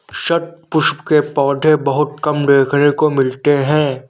शतपुष्प के पौधे बहुत कम देखने को मिलते हैं